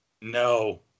No